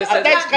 זה בסדר.